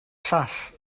llall